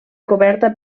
coberta